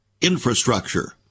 infrastructure